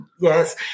Yes